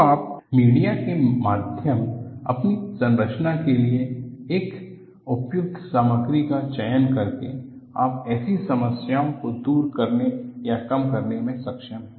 तो आप मीडिया के माध्यम अपनी संरचना के लिए एक उपयुक्त सामग्री का चयन करके आप ऐसी समस्याओं को दूर करने या कम करने में सक्षम हैं